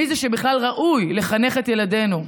מי זה שבכלל ראוי לחנך את ילדינו?